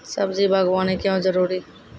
सब्जी बागवानी क्यो जरूरी?